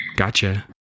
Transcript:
Gotcha